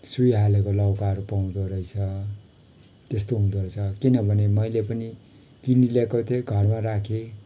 सुई हालेको लौकाहरू पाउँदो रहेछ त्यस्तो हुँदो रहेछ किनभने मैले पनि किनिल्याएको थिए घरमा राखे